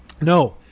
No